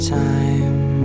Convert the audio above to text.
time